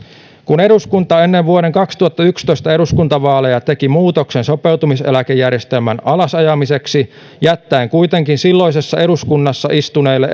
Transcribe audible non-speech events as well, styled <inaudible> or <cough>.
kun eduskunta ennen vuoden kaksituhattayksitoista eduskuntavaaleja teki muutoksen sopeutumiseläkejärjestelmän alasajamiseksi jättäen kuitenkin silloisessa eduskunnassa istuneille <unintelligible>